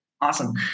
Awesome